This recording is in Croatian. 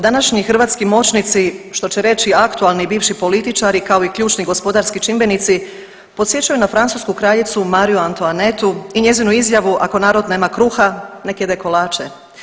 Današnji hrvatski moćnici što će reći aktualni i bivši političari kao i ključni gospodarski čimbenici podsjećaju na francusku kraljicu Mariju Antoanetu i njezinu izjavu „Ako narod nema kruha nek jede kolače“